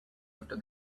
after